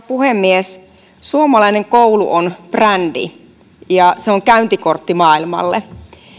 puhemies suomalainen koulu on brändi ja se on käyntikortti maailmalle